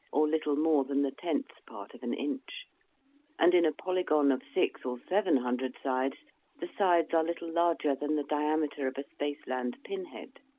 or little more than the tenth part of an inch and in a polygon of six or seven hundred sides the sides are little larger than the diameter of a spaceland pin-head.